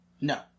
No